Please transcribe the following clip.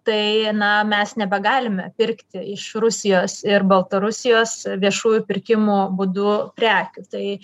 tai na mes nebegalime pirkti iš rusijos ir baltarusijos viešųjų pirkimų būdu prekių tai